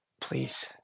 please